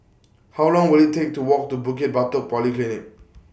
How Long Will IT Take to Walk to Bukit Batok Polyclinic